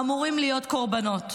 אמורים להיות קורבנות?